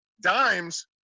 Dimes